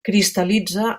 cristal·litza